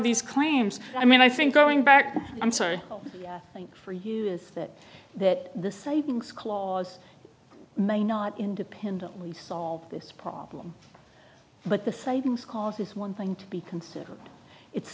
these claims i mean i think going back to i'm sorry for you is that that the savings clause may not independently solve this problem but the savings causes one thing to be considered it's